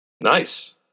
Nice